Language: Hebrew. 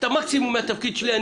את המקסימום מהתפקיד שלי.